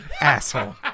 asshole